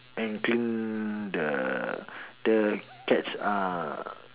and clean the the cat's uh